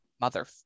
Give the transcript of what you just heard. mother